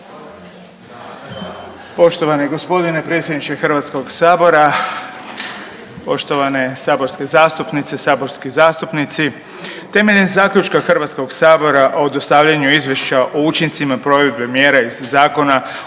Poštovani g. predsjedniče HS-a, poštovane saborske zastupnice, saborski zastupnici. Temeljem Zaključka HS-a o dostavljanju Izvješća o učincima provedbe mjera iz Zakona